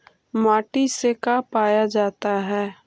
माटी से का पाया जाता है?